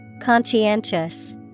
Conscientious